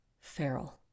Feral